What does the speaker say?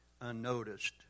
unnoticed